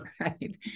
Right